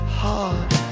heart